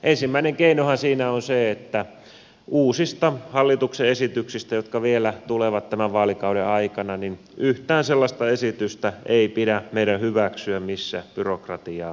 ensimmäinen keinohan siinä on se että uusista hallituksen esityksistä jotka vielä tulevat tämän vaalikauden aikana yhtään sellaista esitystä ei pidä meidän hyväksyä missä byrokratiaa kasvatetaan